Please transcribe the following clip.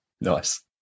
Nice